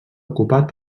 ocupat